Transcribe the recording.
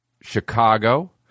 Chicago